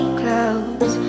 close